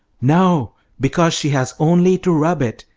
no because she has only to rub it,